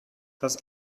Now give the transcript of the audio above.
das